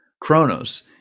chronos